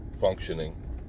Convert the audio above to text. functioning